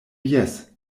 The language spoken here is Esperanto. jes